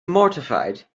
mortified